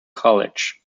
college